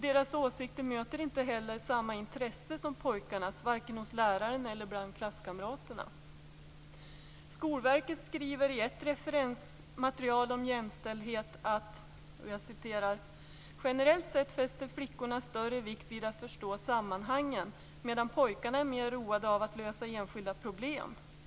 Deras åsikter möter inte heller samma intresse som pojkarnas vare sig hos lärarna eller bland klasskamraterna. Skolverket skriver i ett referensmaterial om jämställdhet: "Generellt sett fäster flickorna större vikt vid att förstå sammanhangen, medan pojkarna är mer roade av att lösa enskilda problem.